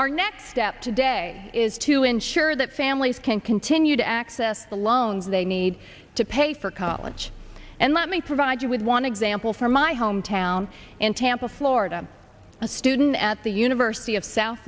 our next step today is to ensure that families can continue to access the loans they need to pay for college and let me provide you with one example from my hometown in tampa florida a student at the university of south